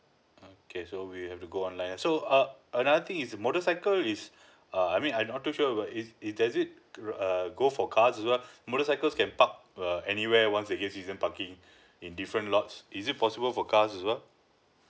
okay so we have to go online so uh another thing is motorcycle is uh I mean I not too sure but is it does it err go for cars as well motors can park uh anywhere once they get season parking in different lots is it possible for cars as well